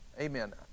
Amen